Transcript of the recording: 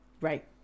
Right